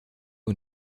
und